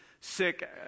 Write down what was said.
sick